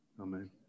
Amen